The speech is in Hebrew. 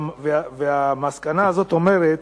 והמסקנה הזו אומרת: